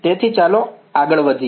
તેથી ચાલો આગળ વધીએ